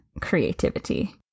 creativity